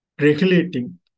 regulating